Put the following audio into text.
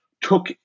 took